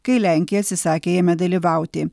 kai lenkija atsisakė jame dalyvauti